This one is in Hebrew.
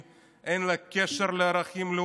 אין לה קשר לערכים לאומיים,